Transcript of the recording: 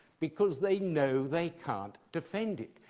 because they know they can't defend it.